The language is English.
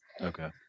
Okay